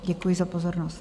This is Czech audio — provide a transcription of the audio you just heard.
Děkuji za pozornost.